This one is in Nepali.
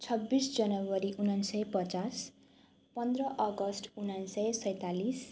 छब्बिस जनवरी उनन्सय पचास पन्ध्र अगस्त उनन्सय सैँतालिस